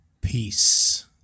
Peace